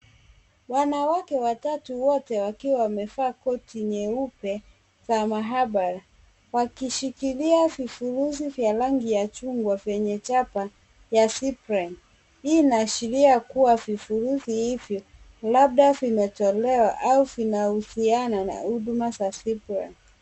Wanawake watatu wote wakiwa wamevaa koti nyeupe za maabara wakishikilia vifurushi vya rangi ya chupa vyenye chapa ya zipline. Hii inaashiria kuwa vifurushi hivyo labda vimetolewa au vinahusiana na huduma za zipline.